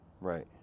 right